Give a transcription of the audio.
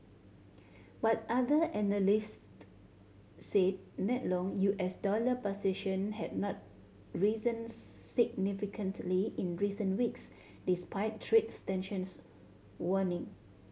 but other analyst said net long U S dollar position had not risen significantly in recent weeks despite trades tensions waning